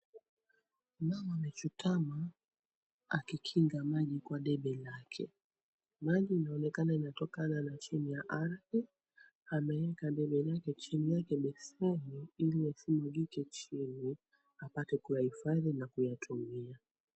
Mama amechutama akikinga maji kwa debe lake. Maji yanaonekana yanatokana na chini ya ardhi ameeka debe lake, chini yake beseni ili yasimwagike chini, apate kuyahifadhi na kuyatumia.